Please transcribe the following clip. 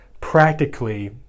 practically